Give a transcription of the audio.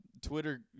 Twitter